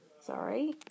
Sorry